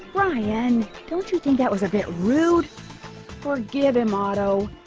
yeah and don't you think that was a bit rude for gibby motto?